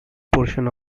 portion